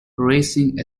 racing